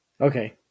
Okay